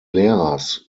lehrers